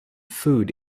food